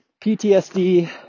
PTSD